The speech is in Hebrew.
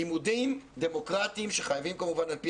לימודים דמוקרטים שחייבים כמובן על פי